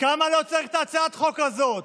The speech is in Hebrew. כמה לא צריך את הצעת החוק הזאת,